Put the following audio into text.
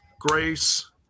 Grace